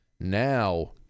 now